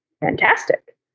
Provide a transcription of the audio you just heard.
fantastic